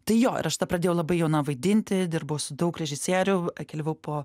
tai jo ir aš tada pradėjau labai jauna vaidinti dirbau su daug režisierių keliavau po